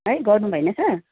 है गर्नुभएन छ